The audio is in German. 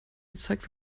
gezeigt